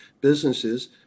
businesses